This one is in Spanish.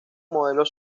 modelos